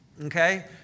okay